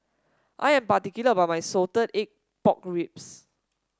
I am particular about my Salted Egg Pork Ribs